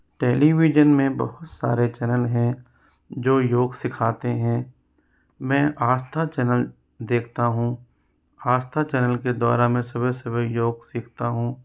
television में बहुत सारे चैनल हैं जो योग सिखाते हैं मैं आस्था चैनल देखता हूँ आस्था चैनल के द्वारा मैं सुबह सुबह योग सीखता हूँ